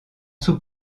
sous